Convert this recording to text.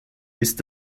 ist